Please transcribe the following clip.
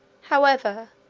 however,